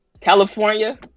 california